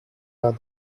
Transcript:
other